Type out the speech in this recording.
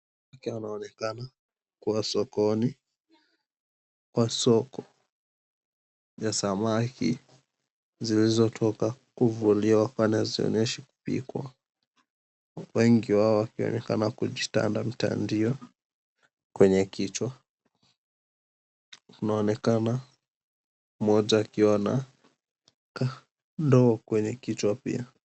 Wanawake wanaonekana kuwa sokoni, kwa soko ya samaki zilizotoka kuvuliwa kwani hazionyeshi kupikwa. Wengi wao wakionekana kujitanda vitandio kwenye kichwa. Kunaonekana mmoja akiwa na ndoo kwenye kichwa pia.